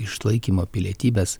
išlaikymo pilietybės